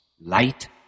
light